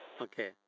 Okay